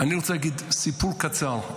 אני רוצה להגיד סיפור קצר.